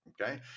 Okay